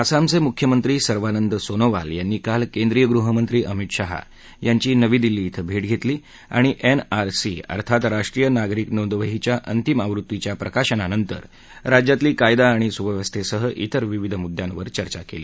आसामचे मुख्यमंत्री सर्वानंद सोनोवाल यांनी काल केंद्रीय गृहमंत्री अमित शाह यांची नवी दिल्ली क्रें भेट घेतली आणि एनआरसी अर्थांत राष्ट्रीय नागरिक नोंदवहीच्या अंतिम आवृत्तीच्या प्रकाशनानंतर राज्यातली कायदा आणि सुव्यवस्थेसह तेर विविध मुद्यांवर चर्चा केली